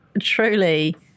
truly